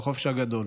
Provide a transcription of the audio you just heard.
בחופש הגדול.